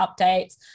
updates